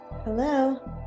hello